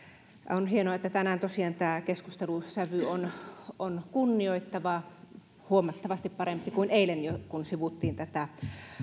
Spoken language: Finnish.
on hienoa että tänään tosiaan tämä keskustelun sävy on on kunnioittava huomattavasti parempi kuin eilen kun sivuttiin tätä